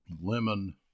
lemon